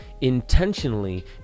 intentionally